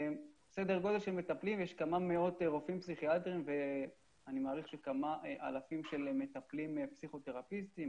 יש כמה מאות רופאים פסיכיאטריים וכמה אלפים של מטפלים פסיכותרפיסטים,